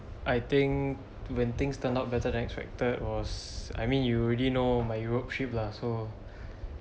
I think when things turned out better than expected was I mean you already know my europe trip lah so